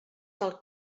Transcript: del